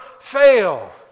fail